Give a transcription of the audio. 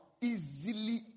easily